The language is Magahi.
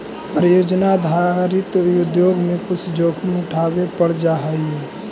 परियोजना आधारित उद्योग में कुछ जोखिम उठावे पड़ जा हई